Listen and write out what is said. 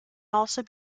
also